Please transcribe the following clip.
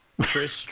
Chris